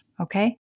okay